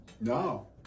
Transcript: No